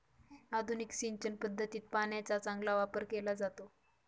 आधुनिक सिंचन पद्धतीत पाण्याचा चांगला वापर केला जातो